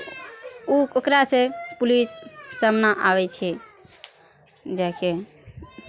ओ ओकरासँ पुलिस सामना आबै छै जा कऽ